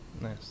Nice